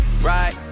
right